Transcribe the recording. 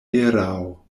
erao